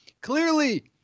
Clearly